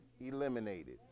eliminated